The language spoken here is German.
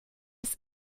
ist